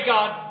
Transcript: God